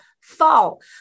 fall